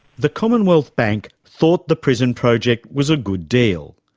the commonwealth bank thought the prison project was a good deal.